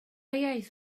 iaith